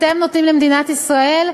אתם נותנים למדינת ישראל,